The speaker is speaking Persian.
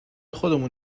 خودمون